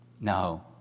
No